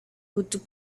would